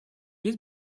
есть